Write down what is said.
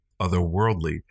otherworldly